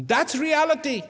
that's reality